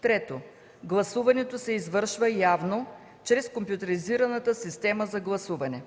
3. Гласуването се извършва явно чрез компютризираната система за гласуване.